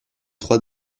trois